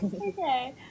Okay